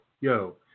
yo